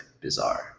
bizarre